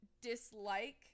dislike